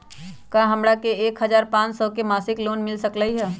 का हमरा के एक हजार पाँच सौ के मासिक लोन मिल सकलई ह?